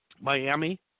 Miami